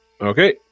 Okay